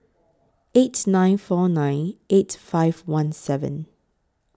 eight nine four nine eight five one seven